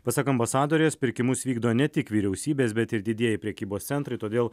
pasak ambasadorės pirkimus vykdo ne tik vyriausybės bet ir didieji prekybos centrai todėl